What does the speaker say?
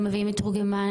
לא מביאים מתורגמן,